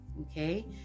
okay